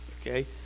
okay